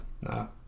No